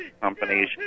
companies